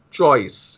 choice